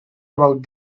about